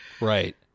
Right